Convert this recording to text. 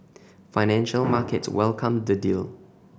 financial markets welcomed the deal